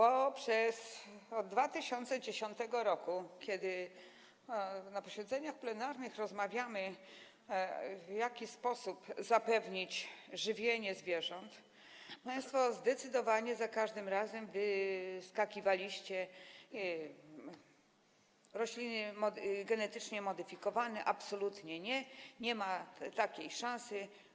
Od 2010 r., kiedy na posiedzeniach plenarnych rozmawialiśmy o tym, w jaki sposób zapewnić żywienie zwierząt, państwo zdecydowanie za każdym razem wyskakiwaliście: rośliny genetycznie modyfikowane - absolutnie nie, nie ma takiej szansy.